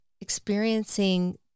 experiencing